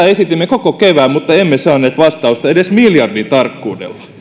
esitimme koko kevään mutta emme saaneet vastausta edes miljardin tarkkuudella